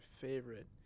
favorite